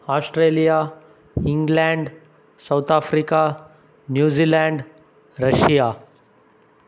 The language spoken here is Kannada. Australia England South Africa New Zealand Russia